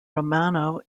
romano